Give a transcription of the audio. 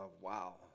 wow